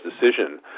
decision